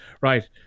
Right